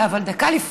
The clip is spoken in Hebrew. הארכת הוותמ"ל.